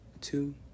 two